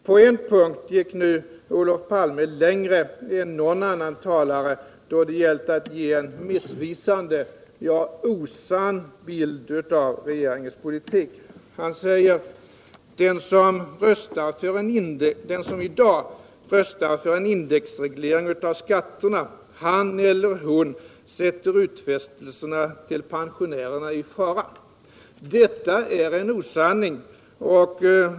På en punkt gick Olof Palme längre än någon annan talare gjort då det gällt att ge en missvisande, ja, osann bild av regeringens politik. Han sade: Den som i dag röstar för en indexreglering av skatterna, han eller hon sätter utfästelserna till pensionärerna i fara. Detta är en osanning.